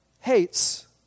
hates